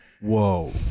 whoa